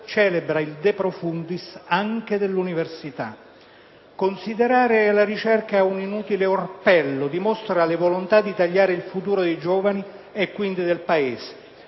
celebra il *de profundis* anche dell'università. Considerare la ricerca un inutile orpello dimostra la volontà di tagliare il futuro dei giovani e, quindi, del Paese.